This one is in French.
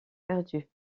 perdue